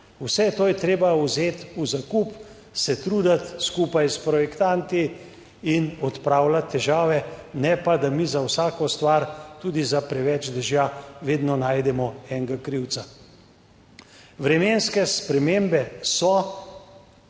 Vse to je treba vzeti v zakup, se truditi skupaj s projektanti in odpravljati težave, ne pa da mi za vsako stvar, tudi za preveč dežja, vedno najdemo enega krivca. Vremenske spremembe so,